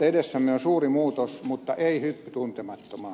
edessämme on suuri muutos mutta ei hyppy tuntemattomaan